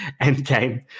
Endgame